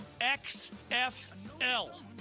XFL